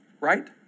right